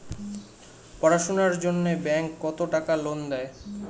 পড়াশুনার জন্যে ব্যাংক কত টাকা লোন দেয়?